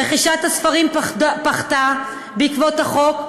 רכישת הספרים פחתה בעקבות החוק,